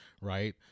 Right